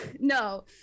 no